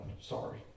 sorry